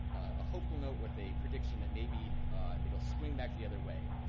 a hopeful note with a prediction that maybe it'll swing back the other way.